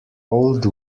old